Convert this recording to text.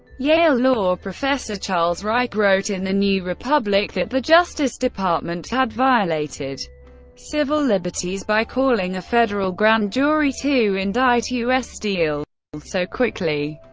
yale law professor charles reich wrote in the new republic that the justice department had violated civil liberties by calling a federal grand jury to indict u s. steel so quickly,